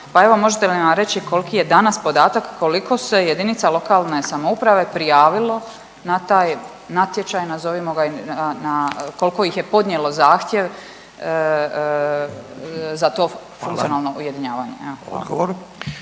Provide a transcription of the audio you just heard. možete li nam reći koliki je danas podatak koliko se JLS prijavilo na taj natječaj nazovimo ga, koliko ih je podnijelo zahtjev za to funkcionalno ujedinjavanje,